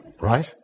Right